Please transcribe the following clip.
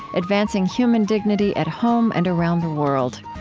advancing human dignity at home and around the world.